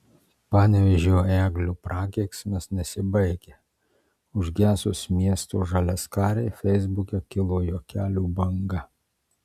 panevėžio eglių prakeiksmas nesibaigia užgesus miesto žaliaskarei feisbuke kilo juokelių banga